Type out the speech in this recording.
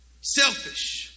Selfish